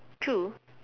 true